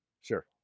Sure